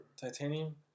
Titanium